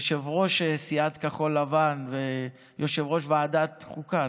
יושב-ראש סיעת כחול לבן ויושב-ראש ועדת חוקה,